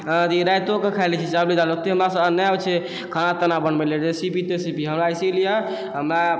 रातिओके खाइ लै छी चावले दालि सब्जी ओते हमरासँ नहि आबै छै खाना ताना बनबैलए रेसिपी हमरा इसीलिए हमे